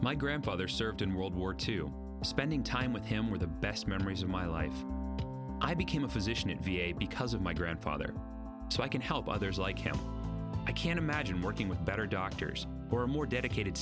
my grandfather served in world war two spending time with him were the best memories of my life i became a physician in v a because of my grandfather so i can help others like him i can't imagine working with better doctors or more dedicated